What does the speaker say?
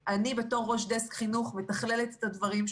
אני בתור ראש דסק חינוך מתכללת את הדברים,